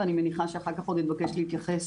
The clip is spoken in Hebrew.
אני מניחה שאחר כך עוד אתבקש להתייחס